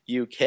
UK